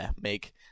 make